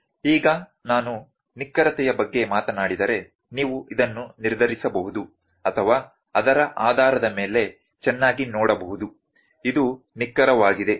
ಈಗ ನಾನು ನಿಖರತೆಯ ಬಗ್ಗೆ ಮಾತನಾಡಿದರೆ ನೀವು ಇದನ್ನು ನಿರ್ಧರಿಸಬಹುದು ಅಥವಾ ಅದರ ಆಧಾರದ ಮೇಲೆ ಚೆನ್ನಾಗಿ ನೋಡಬಹುದು ಇದು ನಿಖರವಾಗಿದೆ